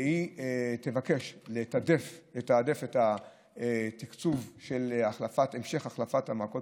והיא תבקש לתעדף את התקצוב של המשך החלפת מעקות